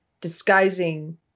disguising